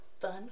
fun